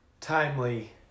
timely